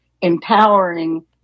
empowering